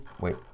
wait